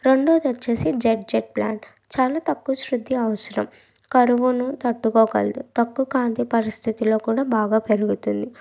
రెండోదొచ్చేసి Z Z plant చాలా తక్కువ శ్రద్దే అవసరం కరువును తట్టుకోగలదు తక్కువ కాంతి పరిస్థితుల్లో కూడా బాగా పెరుగుతుంది